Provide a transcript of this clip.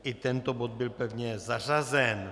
I tento bod byl pevně zařazen.